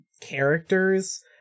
characters